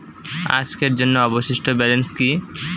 আজকের জন্য অবশিষ্ট ব্যালেন্স কি?